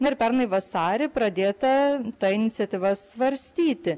na ir pernai vasarį pradėta ta iniciatyva svarstyti